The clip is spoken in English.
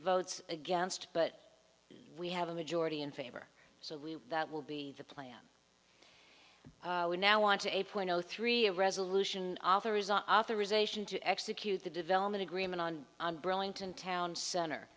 votes against but we have a majority in favor so we that will be the plan we now want to eight point zero three a resolution authorizing authorization to execute the development agreement on on burlington town center